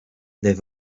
they